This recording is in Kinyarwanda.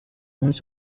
munsi